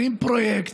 הרים פרויקט,